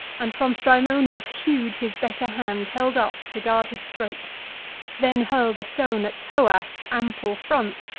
and from strymonius hew'd his better hand, held up to guard his throat then hurl'd a stone at thoas' ample front,